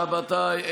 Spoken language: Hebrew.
רבותיי,